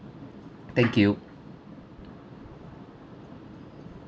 thank you